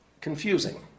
confusing